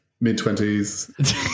mid-twenties